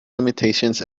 limitations